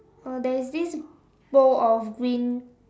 uh there is this bowl of green